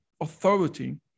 authority